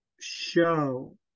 show